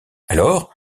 alors